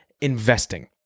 investing